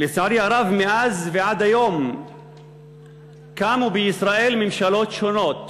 לצערי הרב, מאז ועד היום קמו בישראל ממשלות שונות